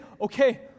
okay